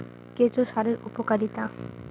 কেঁচো সারের উপকারিতা?